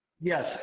Yes